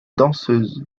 danseuse